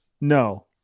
no